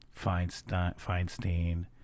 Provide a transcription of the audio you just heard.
Feinstein